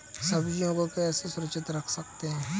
सब्जियों को कैसे सुरक्षित रख सकते हैं?